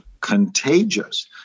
contagious